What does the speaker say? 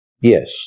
Yes